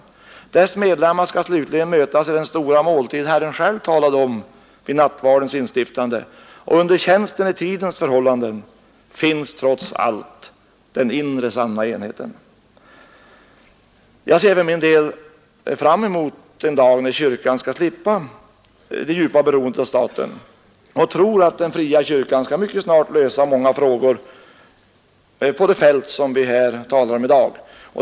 Dess medlemmar skall slutligen mötas i den stora måltid Herren själv talade om vid nattvardens instiftande, och under tjänsten i tidens förhållanden finns trots allt den inre sanna enheten. Jag ser för min del fram emot den dag när kyrkan skall slippa det djupa beroendet av staten och tror att den fria kyrkan mycket snart skall lösa många problem på det fält som vi talar om i dag.